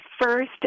first